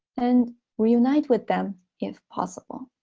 and reunite with them if possible.